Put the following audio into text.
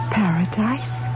paradise